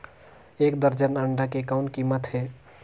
एक दर्जन अंडा के कौन कीमत हे?